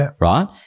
right